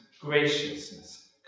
graciousness